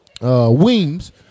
Weems